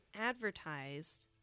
advertised